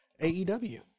AEW